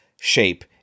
shape